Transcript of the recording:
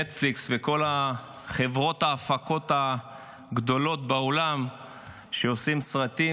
נטפליקס וכל חברות ההפקות הגדולות בעולם שעושות סרטים,